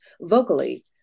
vocally